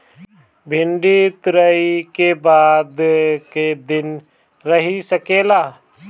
भिन्डी तुड़ायी के बाद क दिन रही सकेला?